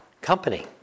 company